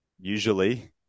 usually